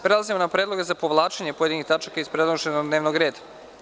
Prelazimo na predloge za povlačenje pojedinih tačaka iz predloženog dnevnog reda.